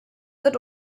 wird